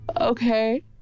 okay